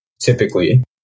typically